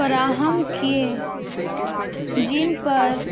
فراہم کیے جن پر